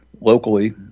locally